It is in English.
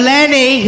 Lenny